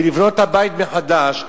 ולבנות את הבית מחדש,